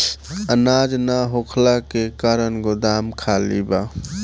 अनाज ना होखला के कारण गोदाम खाली बा